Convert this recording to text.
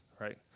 right